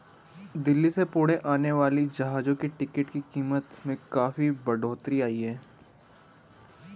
दिल्ली से पुणे आने वाली जहाजों की टिकट की कीमत में काफी बढ़ोतरी आई है